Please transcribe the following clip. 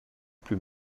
plus